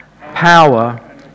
power